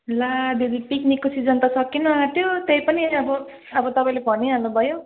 ला दिदी पिकनिकको सिजन त सकिनु आँट्यो त्यही पनि अब अब तपाईँले भनिहाल्नु भयो